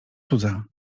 cudza